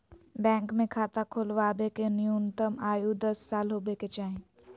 bank मे खाता खोलबावे के न्यूनतम आयु दस साल होबे के चाही